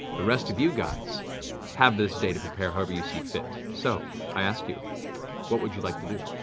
the rest of you guys have this day to prepare however you see fit. so i ask you what would you like to do?